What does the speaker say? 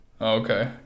okay